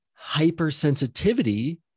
hypersensitivity